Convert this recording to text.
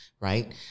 right